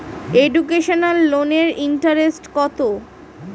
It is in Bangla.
এডুকেশনাল লোনের ইন্টারেস্ট কত?